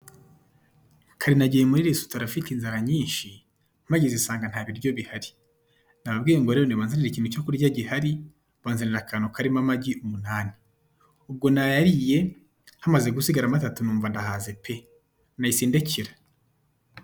Kare nagiye muri resitora mfite inzara nyinshi mpageze nsanga ntabiryo bihari, nababwiye rero ngo nabanzanire ikintu cyo kurya gihari. Banzanira akantu karimo amagi umunani ubwo nayariye hamaze gusigaramo atatu numva ndahaze pe, nahise ndecyera.